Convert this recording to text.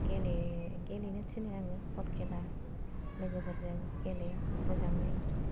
गेलेनो थिनो आङो बल खेला लोगोफोरजों गेले मोजाङै